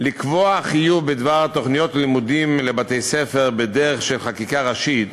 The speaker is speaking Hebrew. לקבוע חיוב בדבר תוכניות לימודים לבתי-ספר בדרך של חקיקה ראשית